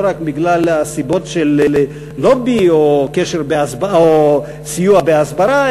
לא רק בגלל הסיבות של לובי או סיוע בהסברה,